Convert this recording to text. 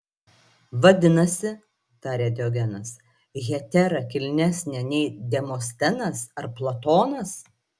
vadinasi tarė diogenas hetera kilnesnė nei demostenas ar platonas